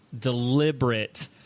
deliberate